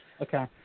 okay